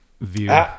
view